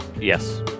Yes